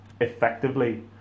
effectively